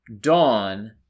Dawn